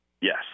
Yes